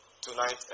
tonight